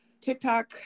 TikTok